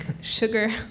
sugar